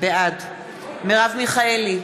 בעד מרב מיכאלי,